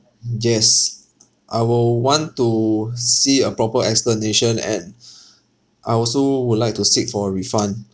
yes I will want to see a proper explanation and I also would like to seek for a refund